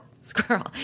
Squirrel